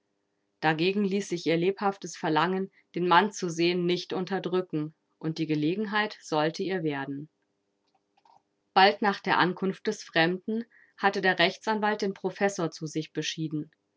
dagegen ließ sich ihr lebhaftes verlangen den mann zu sehen nicht unterdrücken und die gelegenheit sollte ihr werden bald nach der ankunft des fremden hatte der rechtsanwalt den professor zu sich beschieden